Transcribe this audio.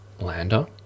lander